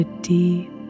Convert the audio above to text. deep